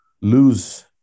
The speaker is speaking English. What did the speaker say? lose